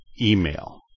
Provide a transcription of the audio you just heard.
email